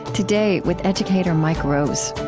today with educator mike rose